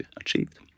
achieved